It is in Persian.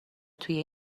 توی